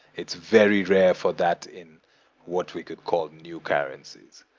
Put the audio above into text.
it's very rare for that in what we could call new currencies.